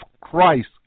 Christ